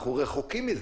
אנחנו רחוקים מזה.